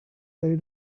they